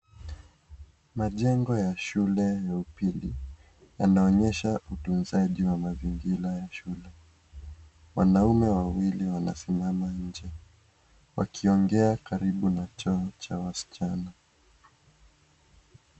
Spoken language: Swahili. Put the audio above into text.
Majengo ya shule ya pili yanaonyesha utunzaji wa mazingira ya shule wanaume wawili wanasimama nje wakiongea karibu choo cha wasichana.